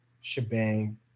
shebang